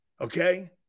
Okay